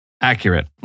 Accurate